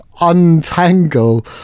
untangle